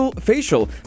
facial